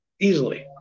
easily